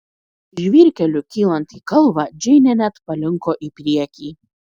žvyrkeliu kylant į kalvą džeinė net palinko į priekį